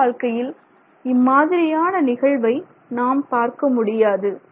நிஜ வாழ்க்கையில் இம்மாதிரியான நிகழ்வை நாம் பார்க்க முடியாது